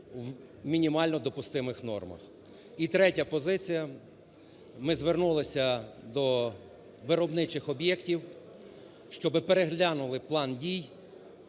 у мінімально допустимих нормах. І третя позиція. Ми звернулися до виробничих об'єктів, щоб переглянули план дій